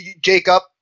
Jacob